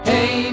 Hey